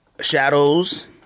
shadows